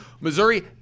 Missouri